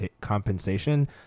compensation